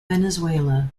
venezuela